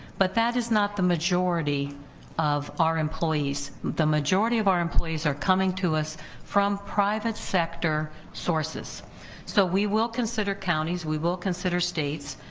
but that is not the majority of our employees, employees, the majority of our employees are coming to us from private sector sources so we will consider counties. we will consider states,